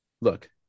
look